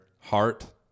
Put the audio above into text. heart